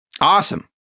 Awesome